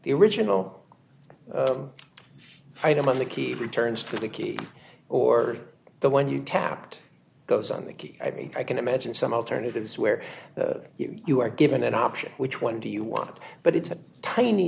the original item on the key returns to the key or the one you tapped goes on the key i mean i can imagine some alternatives where you were given an option which one do you want but it's a tiny